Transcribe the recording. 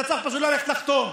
אתה צריך ללכת לחתום.